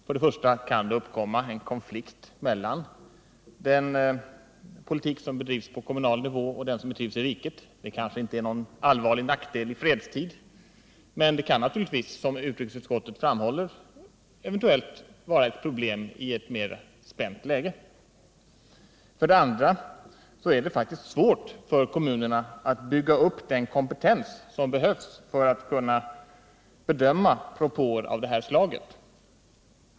För det första kan det uppstå konflikter mellan den politik som bedrivs på kommunal nivå och den som bedrivs i riket. Det är kanske inte någon allvarlig nackdel i fredstid, men det kan naturligtvis, som utrikesutskottet framhåller, bli ett problem i ett mera spänt läge. För det andra är det faktiskt svårt för kommunerna att bygga upp den kompetens som behövs för att kunna bedöma propåer av det här slaget.